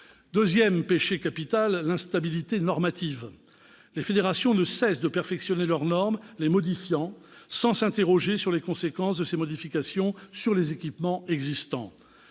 Deuxième péché capital : l'instabilité normative. Les fédérations ne cessent de perfectionner leurs normes, les modifiant sans s'interroger sur les conséquences de ces modifications sur les équipements existants.